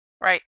Right